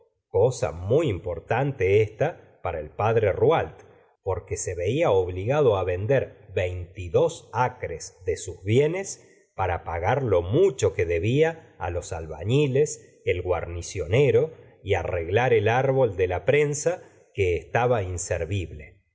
cosa mu y importante esta para el padre rouault porque se vela obligado vender veinte y dos acres de sus bienes para pagar lo mucho que debla los albañiles al guarnicionero y arreglar el árbol de la prensa que estaba inservible si